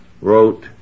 wrote